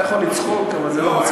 אתה יכול לצחוק, אבל זה לא מצחיק.